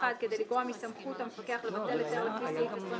כדי לגרוע מסמכות המפקח לבטל היתר לפי סעיף 22,